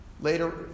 Later